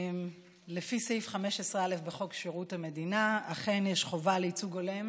לפי סעיף 15א בחוק שירות המדינה אכן יש חובה לייצוג הולם